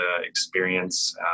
experience